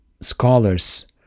scholars